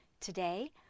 Today